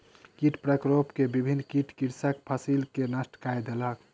कीट प्रकोप में विभिन्न कीट कृषकक फसिल के नष्ट कय देलक